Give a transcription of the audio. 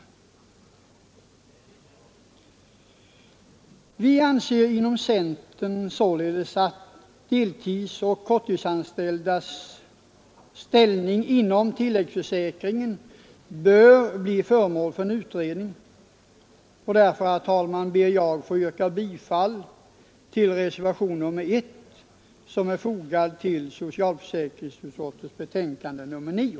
Inom centern anser vi således att deltidsoch korttidsanställdas ställning inom tilläggsförsäkringen bör bli föremål för utredning och därför, herr talman, ber jag att få yrka bifall till reservationen 1, som är fogad till socialförsäkringsutskottets betänkande nr 9.